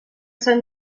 sant